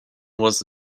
was